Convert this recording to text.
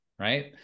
Right